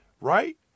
right